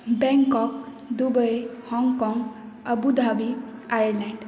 Bangkok Dubai हाँगकाँग Abu Dhabi Ireland